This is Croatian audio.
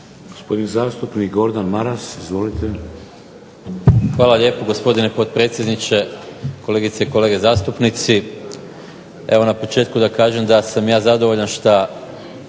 Gospodin zastupnik Gordan Maras, izvolite. **Maras, Gordan (SDP)** Hvala lijepo gospodine potpredsjedniče, kolegice i kolege zastupnici. Evo na početku da kažem da sam ja zadovoljan što